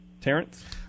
Terrence